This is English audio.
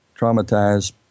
traumatized